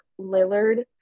Lillard